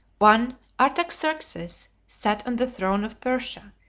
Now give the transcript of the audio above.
one artaxerxes sat on the throne of persia,